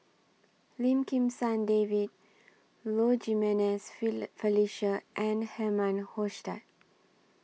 Lim Kim San David Low Jimenez Felicia and Herman Hochstadt